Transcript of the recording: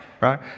right